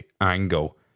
angle